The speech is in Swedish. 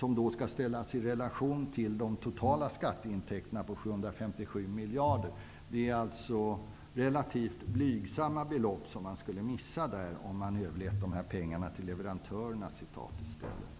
-- det skall ställas i relation till de totala skatteintäkterna på 757 miljarder. Det är alltså relativt blygsamma belopp som staten skulle gå miste om, om man ''överlät'' de pengarna till leverantörerna i stället.